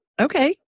Okay